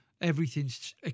everything's